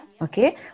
Okay